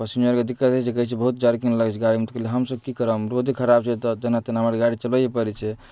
तऽ पसिंजरके दिक्कत होइ छै कहय छै बहुत जर्किङ्ग लागैत छै गाड़ीमे तऽ कहलिए हमसब की करब रोडे खराब छै तऽ जेना तेना हमर गाड़ी चलबै पड़ैत छै